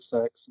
sex